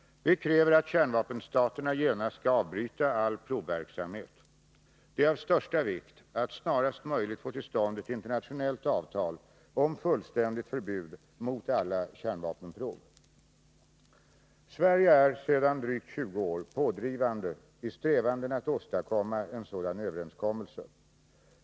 Vi kräver att kärnvapenstaterna genast skall avbryta all provverksamhet. Det är av största vikt att snarast möjligt få till stånd ett internationellt avtal om fullständigt förbud mot alla kärnvapenprov. Sverige är sedan drygt 20 år tillbaka pådrivande i strävandena att åstadkomma en sådan överenskommelse.